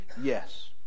Yes